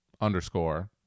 underscore